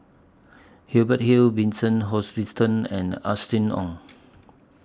Hubert Hill Vincent Hoisington and Austen Ong